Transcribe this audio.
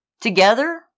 together